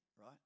right